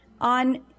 on